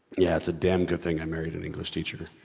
yeah it's a damn good thing i married an english teacher.